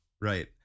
right